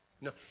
no